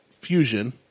Fusion